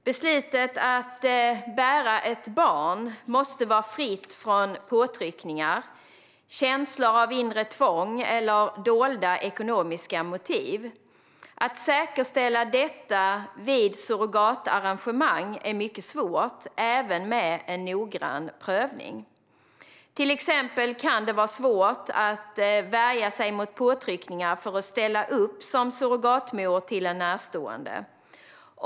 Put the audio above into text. Beslutet att bära ett barn måste vara fritt från påtryckningar, känslor av inre tvång eller dolda ekonomiska motiv. Att säkerställa detta vid surrogatarrangemang är mycket svårt, även med en noggrann prövning. Till exempel kan det vara svårt att värja sig mot påtryckningar för att ställa upp som surrogatmor till en närstående.